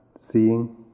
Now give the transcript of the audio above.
seeing